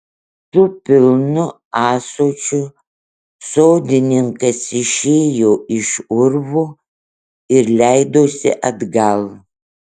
su pilnu ąsočiu sodininkas išėjo iš urvo ir leidosi atgal